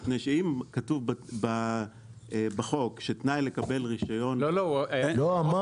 מפני שאם כתוב בחוק שתנאי לקבל רישיון --- היושב-ראש